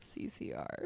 CCR